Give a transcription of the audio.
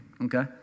okay